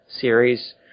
series